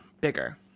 Bigger